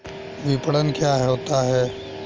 विपणन क्या होता है?